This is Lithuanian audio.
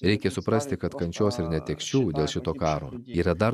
reikia suprasti kad kančios ir netekčių dėl šito karo yra dar